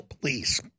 please